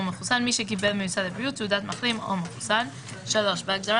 מחוסן" מי שקיבל ממשרד הבריאות תעודת מחלים או מחוסן"; בהגדרה